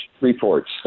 reports